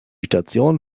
station